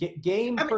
Game